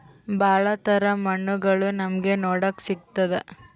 ಭಾಳ ತರ ಮಣ್ಣುಗಳು ನಮ್ಗೆ ನೋಡಕ್ ಸಿಗುತ್ತದೆ